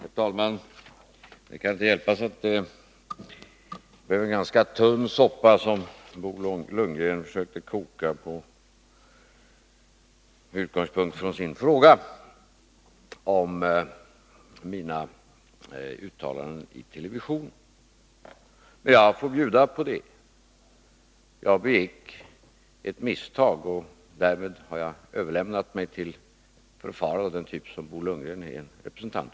Herr talman! Det kan inte hjälpas att det var en ganska tunn soppa som Bo Lundgren försökte koka med utgångspunkt från sin fråga om mina uttalanden i televisionen. Jag får bjuda på det. Jag begick ett misstag, och därmed har jag överlämnat mig till förfaranden av den typ som Bo Lundgren är anhängare av.